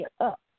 up